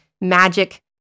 magic